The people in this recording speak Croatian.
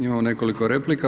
Imamo nekoliko replika.